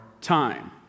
time